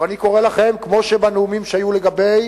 אבל אני קורא לכם: כמו בנאומים שהיו לגבי